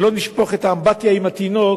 שלא נשפוך את מי האמבטיה עם התינוק,